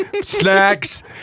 snacks